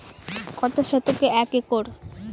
কত শতকে এক একর?